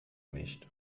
nicht